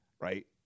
right